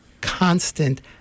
constant